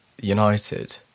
United